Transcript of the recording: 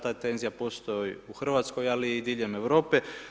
Ta tenzija postoji u Hrvatskoj, ali i diljem Europe.